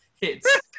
hits